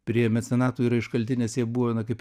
prie mecenatų yra iškalti nes jie buvo na kaip